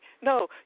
No